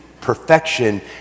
perfection